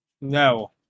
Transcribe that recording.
No